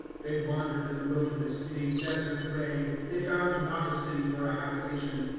they wandered in the wilderness, in a desert way they found not a city for a habitation.